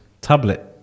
tablet